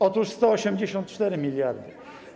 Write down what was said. Otóż 184 mld zł.